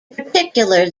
particular